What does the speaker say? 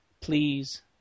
please